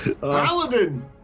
Paladin